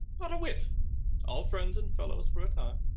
but a whit all friends and fellows for a time.